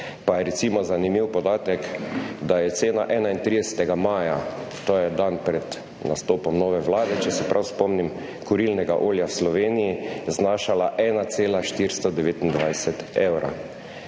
Pa je recimo zanimiv podatek, da je cena 31. maja, to je dan pred nastopom nove vlade, če se prav spomnim, kurilnega olja v Sloveniji znašala ena 1,429 evra.